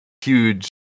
huge